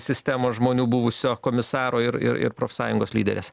sistemos žmonių buvusio komisaro ir ir profsąjungos lyderės